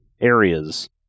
areas